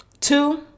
two